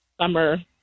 summer